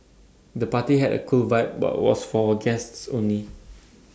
the party had A cool vibe but was for guests only